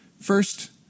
First